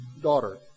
daughter